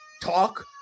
talk